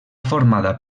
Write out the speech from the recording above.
formada